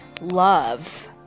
love